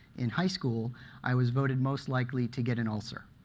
in high school i was voted most likely to get an ulcer.